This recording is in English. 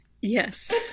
Yes